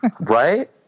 right